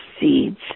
seeds